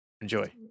Enjoy